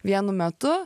vienu metu